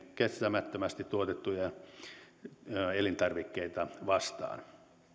kestämättömästi tuotettuja elintarvikkeita vastaan